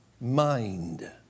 mind